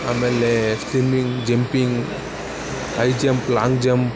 ಆಮೇಲೆ swimming jumping high jump long jump